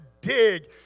dig